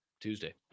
Tuesday